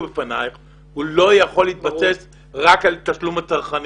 בפניך הוא לא יכול להתבסס רק על תשלום הצרכנים.